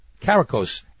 Caracos